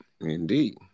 indeed